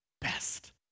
best